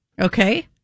Okay